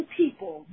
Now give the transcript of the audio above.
people